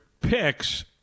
picks